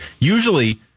Usually